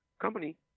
company